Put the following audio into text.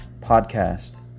podcast